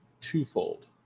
twofold